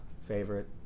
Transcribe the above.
favorite